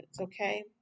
okay